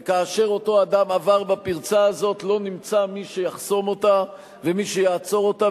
וכאשר אותו אדם עבר בפרצה הזאת לא נמצא מי שיחסום אותה ומי שיעצור אותו,